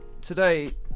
today